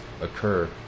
occur